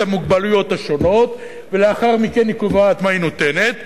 המוגבלויות השונות ולאחר מכן היא קובעת מה היא נותנת,